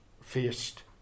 faced